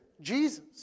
Jesus